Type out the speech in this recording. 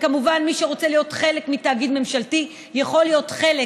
וכמובן מי שרוצה להיות חלק מתאגיד ממשלתי יכול להיות חלק,